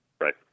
Right